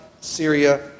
Syria